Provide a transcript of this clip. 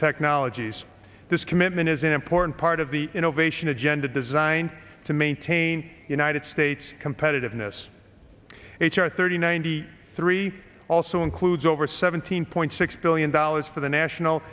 technologies this commitment is in porton part of the innovation agenda designed to maintain united states competitiveness h r thirty ninety three also includes over seventeen point six billion dollars for the national